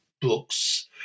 books